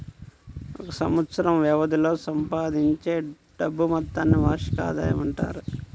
ఒక సంవత్సరం వ్యవధిలో సంపాదించే డబ్బు మొత్తాన్ని వార్షిక ఆదాయం అంటారు